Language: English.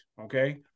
Okay